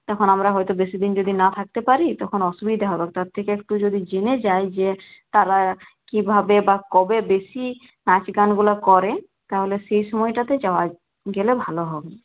তখন আমরা হয়তো বেশি দিন যদি না থাকতে পারি তখন অসুবিধা হবে তার থেকে একটু যদি জেনে যাই যে তারা কীভাবে বা কবে বেশি নাচ গানগুলা করে তাহলে সেই সময়টাতে যাওয়া গেলে ভালো হবে